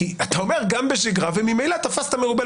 אתה אומר שגם בשגרה וממילא תפסת מרובה,